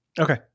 Okay